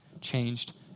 changed